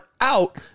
out